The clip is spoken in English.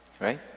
Right